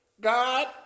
God